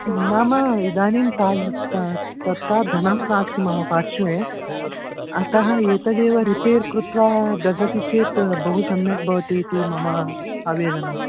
नाम इदानीं ताद् त् तथा धनं नास्ति मम पार्श्वे अतः एतदेव रिपेर् कृत्वा ददति चेत् बहु सम्यक् भवति इति मम आवेदनं